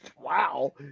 Wow